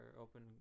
open